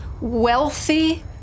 wealthy